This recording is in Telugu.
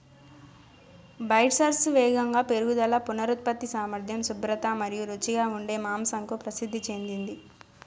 బెర్క్షైర్స్ వేగంగా పెరుగుదల, పునరుత్పత్తి సామర్థ్యం, శుభ్రత మరియు రుచిగా ఉండే మాంసంకు ప్రసిద్ధి చెందింది